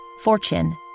fortune